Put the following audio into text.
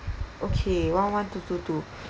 okay one one two two two